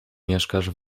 mieszkasz